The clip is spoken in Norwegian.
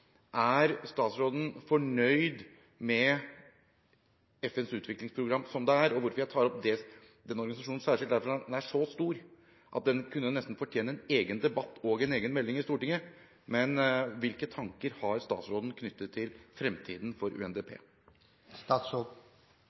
Er statsråden fornøyd med FNs utviklingsprogram som det er? Grunnen til at jeg tar opp denne organisasjonen særskilt, er at den er så stor at den nesten kunne fortjene en egen debatt og en egen melding i Stortinget. Hvilke tanker har statsråden knyttet til fremtiden for UNDP?